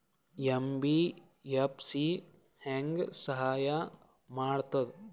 MBFC ಹೆಂಗ್ ಸಹಾಯ ಮಾಡ್ತದ?